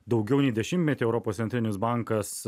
daugiau nei dešimtmetį europos centrinis bankas